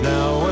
Now